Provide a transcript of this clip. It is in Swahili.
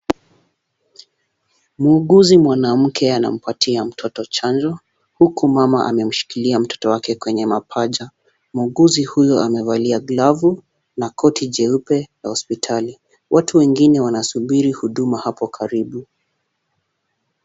Muuguzi mwanamke anampatia mtoto chanjo? Huku mama amemshikilia mtoto wake kwenye mapaja, muuguzi huyo amevalia glavu na koti jeupe la hospitali. Watu wengine wanasubiri huduma hapo karibu.